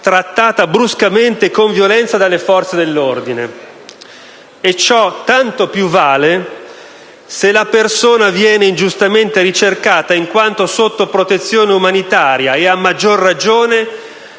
trattata bruscamente e con violenza dalle forze dell'ordine. Ciò tanto più vale se la persona viene ingiustamente ricercata in quanto sotto protezione umanitaria e, a maggior ragione,